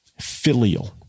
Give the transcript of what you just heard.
Filial